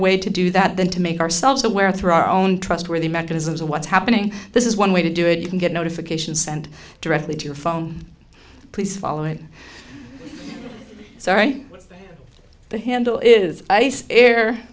way to do that than to make ourselves aware through our own trustworthy mechanisms of what's happening this is one way to do it you can get notifications and directly to your phone please follow it so right the handle is